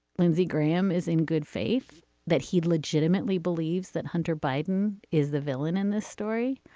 lindsey graham is in good faith that he legitimately believes that hunter biden is the villain in this story.